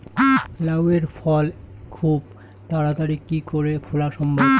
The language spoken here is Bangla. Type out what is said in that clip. লাউ এর ফল খুব তাড়াতাড়ি কি করে ফলা সম্ভব?